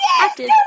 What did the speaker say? active